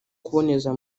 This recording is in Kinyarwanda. kuboneza